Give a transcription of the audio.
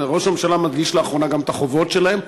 ראש הממשלה מדגיש לאחרונה גם את החובות שלהם,